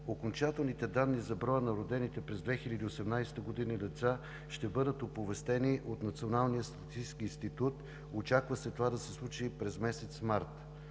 Окончателните данни за броя на родените през 2018 г. деца ще бъдат оповестени от Националния статистически институт. Очаква се това да се случи през месец март.